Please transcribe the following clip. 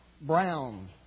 brown